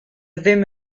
ddim